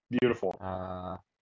Beautiful